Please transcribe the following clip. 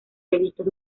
revistas